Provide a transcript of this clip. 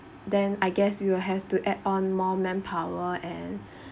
then I guess we will have to add on more manpower and uh